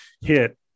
hit